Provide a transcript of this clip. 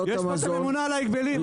יש פה את הממונה על ההגבלים.